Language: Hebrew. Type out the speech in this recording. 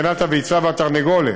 מבחינת הביצה והתרנגולת.